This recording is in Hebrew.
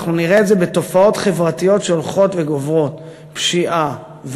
אנחנו נראה את זה בתופעות חברתיות שהולכות וגוברות: פשיעה,